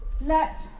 let